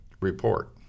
report